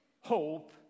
hope